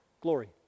Glory